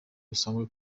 dusanzwe